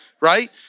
Right